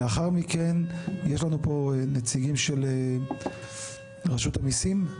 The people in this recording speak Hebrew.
לאחר מכן יש לנו פה נציגים של רשות המיסים?